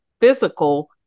physical